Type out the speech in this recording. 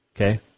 Okay